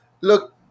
Look